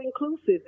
inclusive